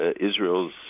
Israel's